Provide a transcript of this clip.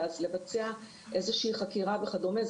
לבצע איזושהי חקירה וכדומה.